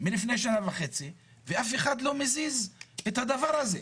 לפני שנה וחצי, ואף אחד לא מזיז את הדבר הזה.